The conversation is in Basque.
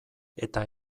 eta